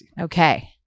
Okay